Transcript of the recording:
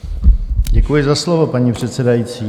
Děkuji za slovo, paní předsedající.